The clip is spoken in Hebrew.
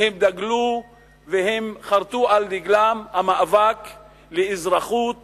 והן דגלו והן חרתו על דגלן את המאבק לאזרחות